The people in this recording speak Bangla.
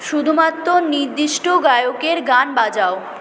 শুধুমাত্র নির্দিষ্ট গায়কের গান বাজাও